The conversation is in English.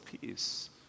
peace